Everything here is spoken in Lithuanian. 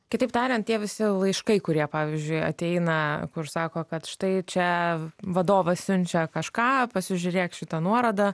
kitaip tariant tie visi laiškai kurie pavyzdžiui ateina kur sako kad štai čia vadovas siunčia kažką pasižiūrėk šitą nuorodą